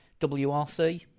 WRC